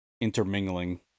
intermingling